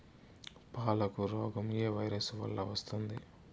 పాలకు రోగం ఏ వైరస్ వల్ల వస్తుంది?